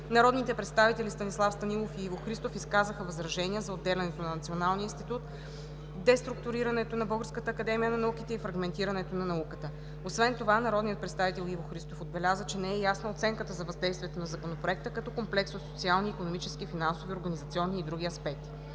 Народните представители Станислав Станилов и Иво Христов изказаха възражения за отделянето на Националния институт по метеорология и хидрология, деструктурирането на Българската академия на науките и фрагментирането на науката. Освен това народният представител Иво Христов отбеляза, че не е ясна оценката за въздействието на Законопроекта като комплекс от социални, икономически, финансови, организационни и други аспекти.